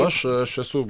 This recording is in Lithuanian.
aš aš esu